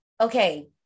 Okay